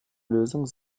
lösung